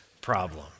problem